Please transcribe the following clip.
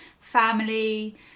family